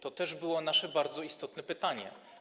To też było nasze bardzo istotne pytanie.